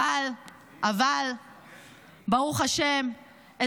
אבל ברוך השם,